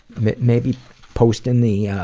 maybe post in the